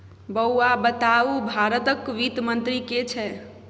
बौआ बताउ भारतक वित्त मंत्री के छै?